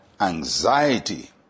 anxiety